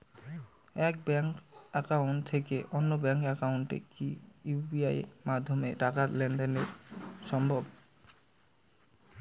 এক bank account থেকে অন্য ব্যাংক একাউন্টে কি ইউ.পি.আই মাধ্যমে টাকার লেনদেন দেন সম্ভব?